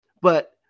but-